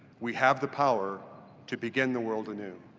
we have the power to begin the world anew.